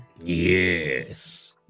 Yes